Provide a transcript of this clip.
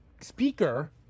speaker